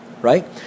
right